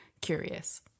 curious